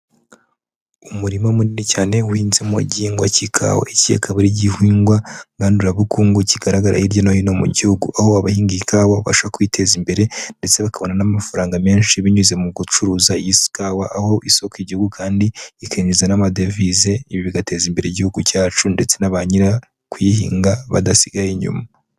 Umurima munini cyane uhinzemo igihingwa cy'ikawa, iki akaba buri gihingwa ngandurabukungu kigaragara hirya no hino mu gihugu, aho abahinga ikawa babasha kwiteza imbere ndetse bakabona n'amafaranga menshi binyuze mu gucuruza , iyi kawa aho isoko igihugu kandi ikinjiza n'amadevize bigateza imbere igihugu cyacu ndetse na ba nyira kuyihinga badasigaye inyuma.